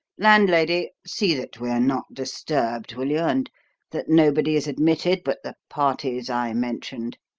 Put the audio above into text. landlady, see that we are not disturbed, will you, and that nobody is admitted but the parties i mentioned?